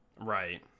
right